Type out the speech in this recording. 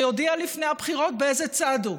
שיודיע לפני הבחירות באיזה צד הוא.